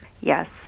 Yes